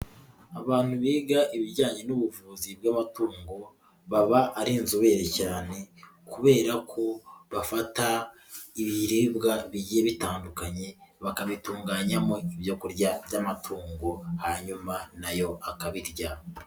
Abantu biga ibijyanye n'ubuvuzi bw'amatungo baba ari inzobere cyane kubera ko bafata ibiribwa bigiye bitandukanye bakabitunganyamo ibyo kurya by'amatungo hanyuma na yo akabirya.